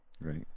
Right